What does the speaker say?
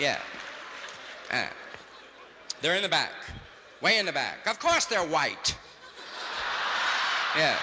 yeah they're in a bad way in the back of course they're white yeah